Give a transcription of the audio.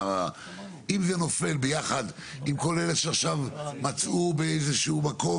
אם זה נופל ביחד עם כל אלה שעכשיו מצאו באיזשהו מקום